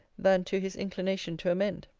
than to his inclination to amend.